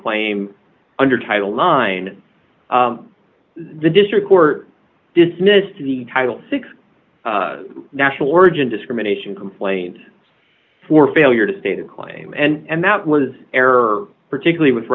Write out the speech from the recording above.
claim under title nine the district court dismissed the title six national origin discrimination complaint for failure to state a claim and that was error particularly with